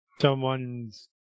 Someone's